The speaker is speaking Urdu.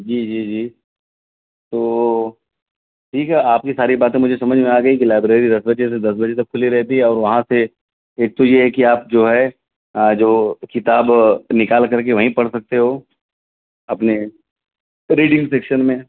جی جی جی تو ٹھیک ہے آپ کی ساری باتیں مجھے سمجھ میں آ گئی کہ لائبریری دس بجے سے دس بجے تک کھلی رہتی ہے اور وہاں سے ایک تو یہ ہے کہ آپ جو ہے جو کتاب نکال کر کے وہیں پڑھ سکتے ہو اپنے ریڈنگ سیکشن میں